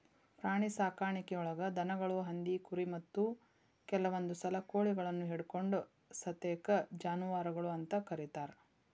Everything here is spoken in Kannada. ಪ್ರಾಣಿಸಾಕಾಣಿಕೆಯೊಳಗ ದನಗಳು, ಹಂದಿ, ಕುರಿ, ಮತ್ತ ಕೆಲವಂದುಸಲ ಕೋಳಿಗಳನ್ನು ಹಿಡಕೊಂಡ ಸತೇಕ ಜಾನುವಾರಗಳು ಅಂತ ಕರೇತಾರ